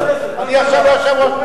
אני עכשיו לא יושב-ראש.